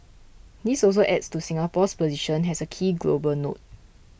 this also adds to Singapore's position as a key global node